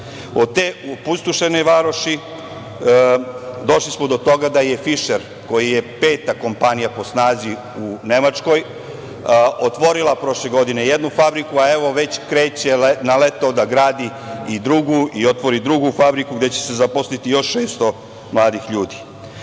Od te opustošene varoši došli smo do toga da je „Fišer“, koji je peta kompanija po snazi u Nemačkoj, otvorila prošle godine jednu fabriku, a evo već će na leto da gradi i otvori drugu fabriku gde će se zaposliti još 600 mladih ljudi. Pored